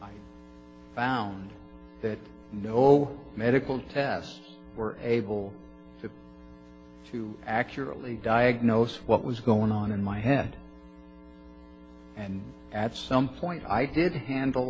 i found that no medical tests were able to accurately diagnose what was going on in my head and at some point i did handle